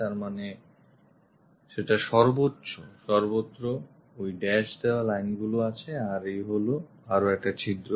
তার মানে সেটার সর্বত্র ওই dash দেওয়া line গুলি আছে এই হলো আরও একটি ছিদ্র